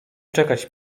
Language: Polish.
czekać